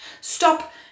Stop